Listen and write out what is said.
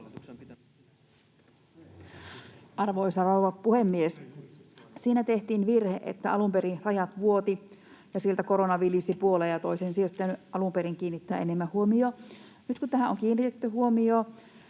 Arvoisa rouva puhemies! Siinä tehtiin virhe, että alun perin rajat vuotivat ja sieltä korona vilisi puoleen ja toiseen. Siihen olisi pitänyt alun perin kiinnittää enemmän huomiota. Nyt kun tähän on kiinnitetty huomiota,